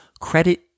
Credit